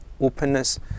openness